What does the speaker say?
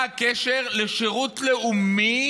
מה הקשר של שירות לאומי